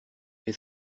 est